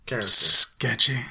sketchy